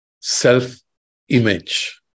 self-image